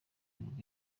nibwo